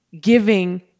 giving